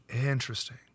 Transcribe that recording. Interesting